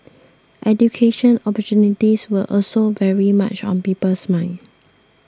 education opportunities will also very much on people's minds